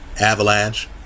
Avalanche